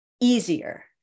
easier